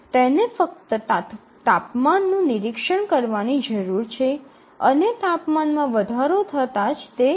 તેને ફક્ત તાપમાનનું નિરીક્ષણ કરવાની જરૂર છે અને તાપમાનમાં વધારો થતાં જ તે એ